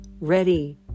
ready